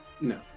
No